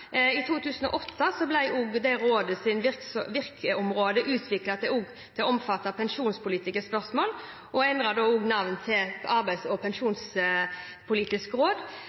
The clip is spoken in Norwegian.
virkeområde utviklet til å omfatte pensjonspolitiske spørsmål og endret da navn til Arbeidsliv- og pensjonspolitisk råd.